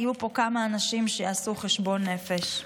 יהיו פה כמה אנשים שיעשו חשבון נפש.